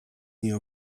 nie